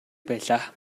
байлаа